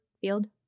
field